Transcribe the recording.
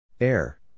Air